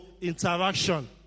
interaction